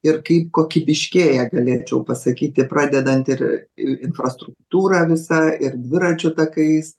ir kaip kokybiškėja galėčiau pasakyti pradedant ir infrastruktūra visa ir dviračių takais